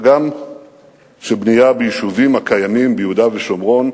וגם שבנייה ביישובים הקיימים ביהודה ושומרון